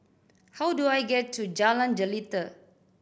how do I get to Jalan Jelita